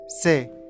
Say